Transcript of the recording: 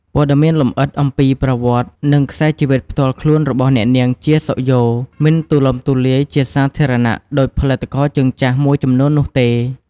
ព័ត៌មានលម្អិតអំពីប្រវត្តិ និងខ្សែជីវិតផ្ទាល់ខ្លួនរបស់អ្នកនាង ជា សុខយ៉ូ មិនទូលំទូលាយជាសាធារណៈដូចផលិតករជើងចាស់មួយចំនួននោះទេ។